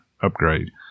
upgrade